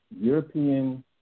European